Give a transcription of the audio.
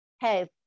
hey